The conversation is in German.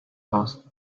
aus